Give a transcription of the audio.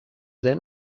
then